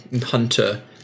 Hunter